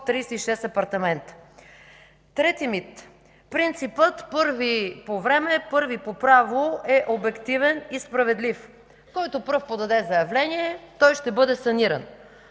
36 апартамента. Трети мит – принципът първи по време, първи по право е обективен и справедлив. Който пръв подаде заявление, той ще бъде саниран.